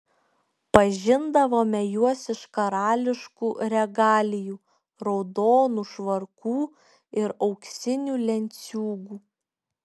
pažindavome juos iš karališkų regalijų raudonų švarkų ir auksinių lenciūgų